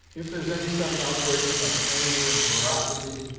if there's any sudden outbreakin' of anger and ferocity,